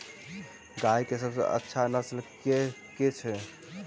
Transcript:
गाय केँ सबसँ अच्छा नस्ल केँ छैय?